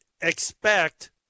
expect